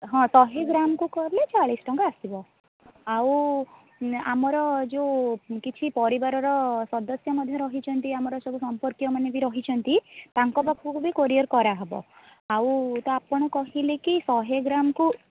ହଁ ଶହେ ଗ୍ରାମ୍କୁ କହିଲେ ଚାଳିଶ ଟଙ୍କା ଆସିବ ଆଉ ଆମର ଯେଉଁ କିଛି ପରିବାରର ସଦସ୍ୟ ମଧ୍ୟ ରହିଛନ୍ତି ଆମର ସବୁ ସମ୍ପର୍କୀୟମାନେ ବି ରହିଛନ୍ତି ତାଙ୍କପାଖକୁ ବି କୋରିୟର୍ କରାହେବ ଆଉ ତ ଆପଣ କହିଲେ କି ଶହେ ଗ୍ରାମ୍କୁ